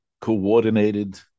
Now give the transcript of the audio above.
coordinated